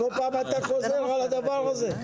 אתה כל פעם חוזר על הדבר הזה.